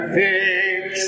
fix